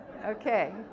okay